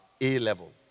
A-level